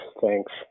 thanks